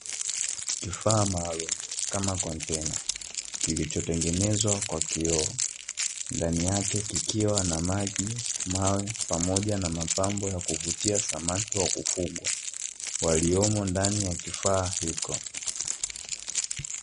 Kifaa maalumu, kama kontena kilicho tengenezwa kwa kioo, ndani yake kikiwa na maji, mawe pamoja na mapambo ya kuvutia samaki wa kufugwa, waliomo ndani ya kifaa hicho.